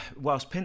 whilst